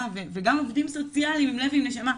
וגם עובדים סוציאליים עם לב ועם נשמה,